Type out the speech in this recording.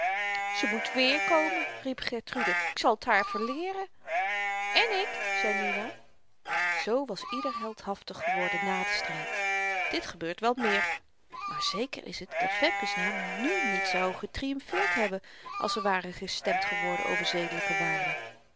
ze moet weêrkomen riep gertrude ik zal t haar verleeren en ik zei mina zoo was ieder heldhaftig geworden na den stryd dit gebeurt wel meer maar zeker is t dat femke's naam nu niet zou getriumfeerd hebben als er ware gestemd geworden over zedelyke waarde